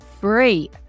free